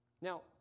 Now